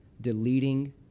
deleting